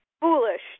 foolish